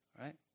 right